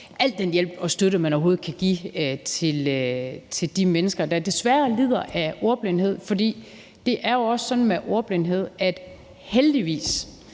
al den hjælp og støtte, man overhovedet kan give til de mennesker, der desværre lider af ordblindhed. For det er jo også sådan med ordblindhed, at heldigvis